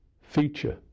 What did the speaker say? feature